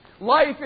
Life